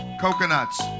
coconuts